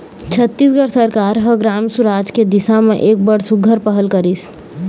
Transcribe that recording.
छत्तीसगढ़ सरकार ह ग्राम सुराज के दिसा म एक बड़ सुग्घर पहल करिस